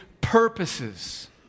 purposes